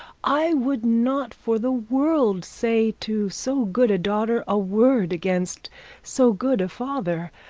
i would not, for the world, say to so good a daughter a word against so good a father.